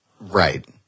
Right